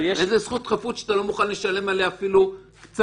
איזו זכות חפות שאתה לא מוכן לשלם עליה אפילו קצת?